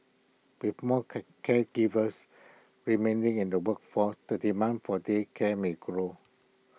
with more caregivers remaining in the workforce the demand for day care may grow